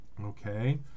Okay